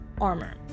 armor